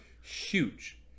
huge